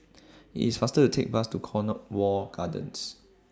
IT IS faster to Take Bus to Cornwall Gardens